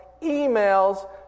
emails